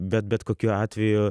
bet bet kokiu atveju